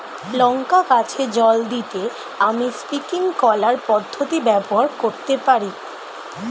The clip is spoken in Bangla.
লঙ্কা গাছে জল দিতে আমি স্প্রিংকলার পদ্ধতি ব্যবহার করতে পারি?